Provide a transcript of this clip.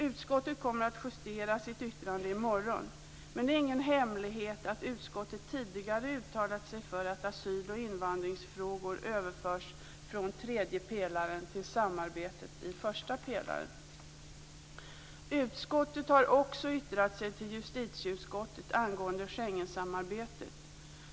Utskottet kommer att justera sitt yttrande i morgon, men det är ingen hemlighet att utskottet tidigare uttalat sig för att asyl och invandringsfrågor överförs från tredje pelaren till samarbetet i första pelaren. Utskottet har också yttrat sig till justitieutskottet angående Schengensamarbetet.